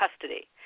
custody